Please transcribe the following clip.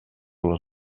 les